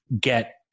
get